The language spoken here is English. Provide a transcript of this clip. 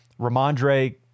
Ramondre